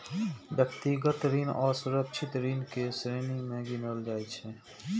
व्यक्तिगत ऋण असुरक्षित ऋण के श्रेणी मे गिनल जाइ छै